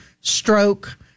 stroke